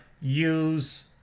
use